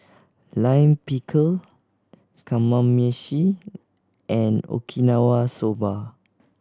Lime Pickle Kamameshi and Okinawa Soba